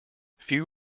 few